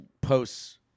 posts